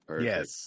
Yes